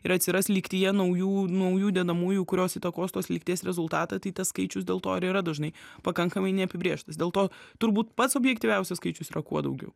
ir atsiras lygtyje naujų naujų dedamųjų kurios įtakos tos lygties rezultatą tas skaičius dėl to ir yra dažnai pakankamai neapibrėžtas dėl to turbūt pats objektyviausias skaičius yra kuo daugiau